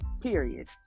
period